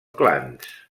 clans